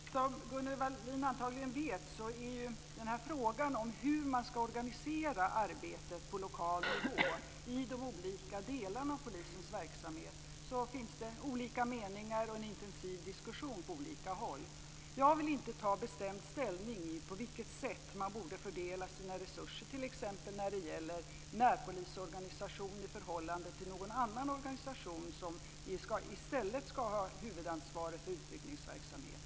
Fru talman! Som Gunnel Wallin antagligen vet finns det skilda meningar i fråga om hur man ska organisera arbetet på lokal nivå i de olika delarna av polisens verksamhet. Det förs en intensiv diskussion på olika håll. Jag vill inte bestämt ta ställning till på vilket sätt man borde fördela sina resurser t.ex. när det gäller närpolisorganisationen i förhållande till någon annan organisation som i stället ska ha huvudansvaret för utryckningsverksamheten.